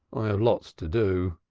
i have lots to do.